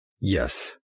Yes